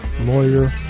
lawyer